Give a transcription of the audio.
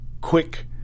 quick